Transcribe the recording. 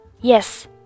Yes